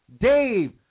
Dave